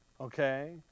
Okay